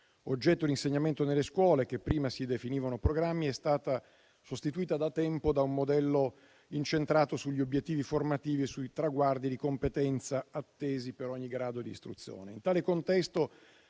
oggetto di insegnamento nelle scuole, che prima si definivano programmi, è stata sostituita da tempo da un modello incentrato sugli obiettivi formativi e sui traguardi di competenza attesi per ogni grado di istruzione.